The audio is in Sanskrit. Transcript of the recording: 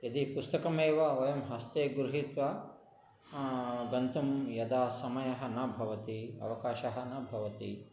यदि पुस्तकमेव वयं हस्ते गृहीत्वा गन्तुं यदा समयः न भवति अवकाशः न भवति